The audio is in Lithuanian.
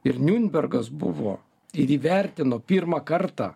ir niurnbergas buvo ir įvertino pirmą kartą